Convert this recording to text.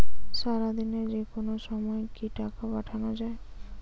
সারাদিনে যেকোনো সময় কি টাকা পাঠানো য়ায়?